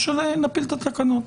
או שנפיל את התקנות.